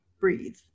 breathe